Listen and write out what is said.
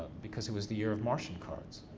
because it was the year of martian cards,